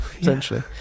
essentially